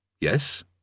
Yes